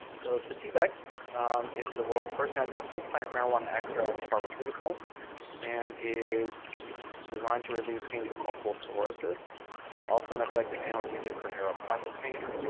so sativex is the world's first natural whole plant marijuana extract pharmaceutical and is designed to relieve pain from multiple sclerosis. it's also an effective analgesic for neuropathic pain.